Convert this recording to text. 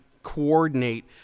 coordinate